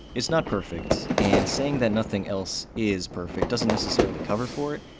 it's not perfect, and saying that nothing else is perfect doesn't necessarily cover for it,